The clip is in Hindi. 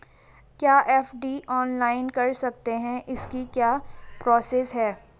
क्या एफ.डी ऑनलाइन कर सकते हैं इसकी क्या प्रोसेस है?